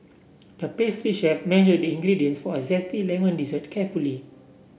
the pastry chef measure the ingredients for a zesty lemon dessert carefully